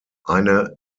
eine